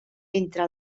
entre